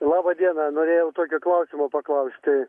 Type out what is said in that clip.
labą dieną norėjau tokio klausimo paklausti